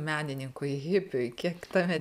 menininkui hipiui kiek tave